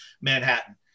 Manhattan